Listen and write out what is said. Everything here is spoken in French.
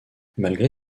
malgré